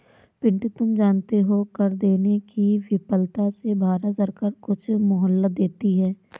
पिंटू तुम जानते हो कर देने की विफलता से भारत सरकार कुछ मोहलत देती है